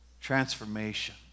transformation